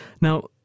Now